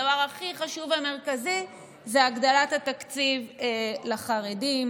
הדבר הכי חשוב ומרכזי זה הגדלת התקציב לחרדים.